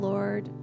Lord